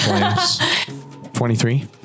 23